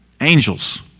angels